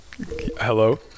Hello